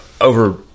over